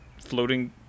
floating